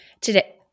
today